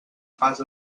pas